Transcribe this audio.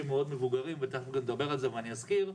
מאוד מבוגרים ותיכף נדבר על זה ואני אזכיר,